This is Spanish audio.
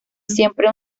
siempre